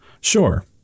Sure